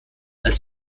als